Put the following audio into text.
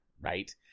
Right